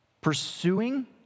Pursuing